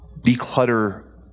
declutter